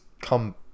come